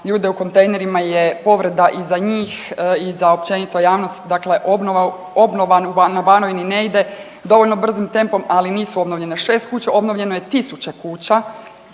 ljude u kontejnerima je povreda i za njih i za općenito javnost. Dakle obnova na Banovini ne ide dovoljno brzim tempom, ali nisu obnovljene 6 kuća. Obnovljeno je tisuća kuća